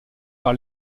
par